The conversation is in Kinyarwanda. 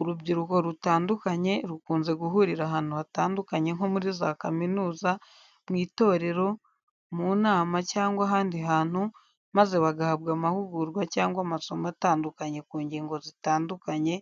Urubyiruko rutandukanye rukunze guhurira ahantu hatandukanye nko muri za kaminuza, mu itorero, mu inama cyangwa ahandi hantu maze bagahabwa amahugurwa cyangwa amasomo atandukanye ku ngingo zitandukanye